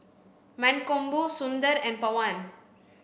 Mankombu Sundar and Pawan